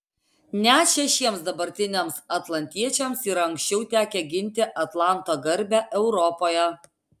net šešiems dabartiniams atlantiečiams yra anksčiau tekę ginti atlanto garbę europoje